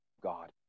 God